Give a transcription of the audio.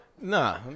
Nah